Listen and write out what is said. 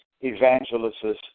evangelists